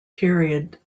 period